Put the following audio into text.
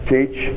Teach